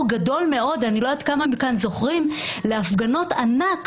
גדול מאוד אני לא יודעת כמה מכאן זוכרים להפגנות ענק.